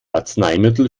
arzneimittel